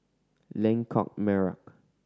Lengkok Merak